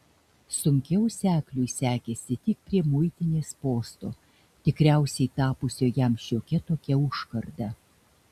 sunkiau sekliui sekėsi tik prie muitinės posto tikriausiai tapusio jam šiokia tokia užkarda